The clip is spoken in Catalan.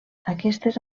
aquestes